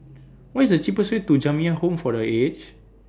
What IS The cheapest Way to Jamiyah Home For The Aged